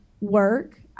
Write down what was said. work